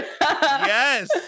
Yes